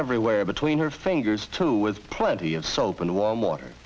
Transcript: everywhere between her fingers too with plenty of soap and warm water